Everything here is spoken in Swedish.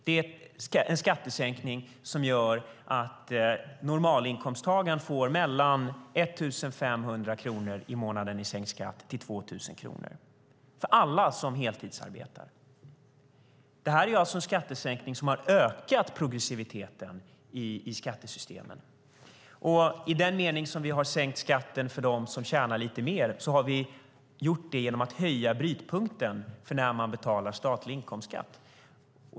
Det är en skattesänkning som gör att normalinkomsttagaren får mellan 1 500 och 2 000 kronor i månaden i sänkt skatt. Det gäller alla som är heltidsarbetande. Detta är en skattsänkning som har ökat progressiviteten i skattesystemen. I den mening som vi har sänkt skatten för dem som tjänar lite mer har vi gjort det genom att höja brytpunkten för när man betalar statlig inkomstskatt.